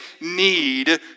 need